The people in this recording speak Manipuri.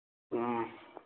ꯎꯝ